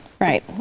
Right